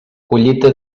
collita